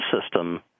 system